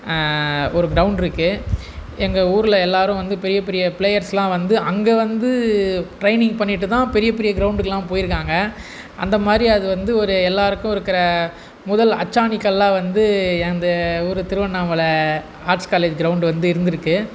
ஒரு கிரவுண்டு இருக்குது எங்கள் ஊரில் எல்லோரும் வந்து பெரிய பெரிய பிளேயர்ஸ்லாம் வந்து அங்கே வந்து ட்ரைனிங் பண்ணிட்டு தான் பெரிய பெரிய கிரவுண்டுக்கெல்லாம் போய் இருக்காங்க அந்த மாதிரி அது வந்து ஒரு எல்லோருக்கும் இருக்கிற முதல் அச்சாணி கல்லாக வந்து அந்த ஊர் திருவண்ணாமலை ஆர்ட்ஸ் காலேஜ் கிரவுண்ட் வந்து இருந்து இருக்குது